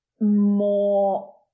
more